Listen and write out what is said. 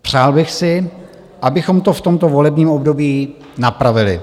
Přál bych si, abychom to v tomto volebním období napravili.